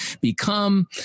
become